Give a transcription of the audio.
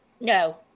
No